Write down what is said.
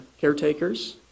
caretakers